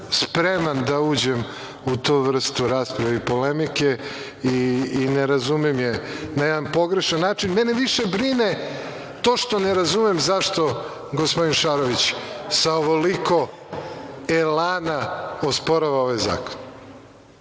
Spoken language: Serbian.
spreman da uđem u tu vrstu rasprave i polemike i ne razumem je na jedan pogrešan način. Mene više brine to što ne razumem zašto gospodin Šarović sa ovoliko elana osporava ovaj zakon,